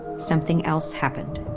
something else happened.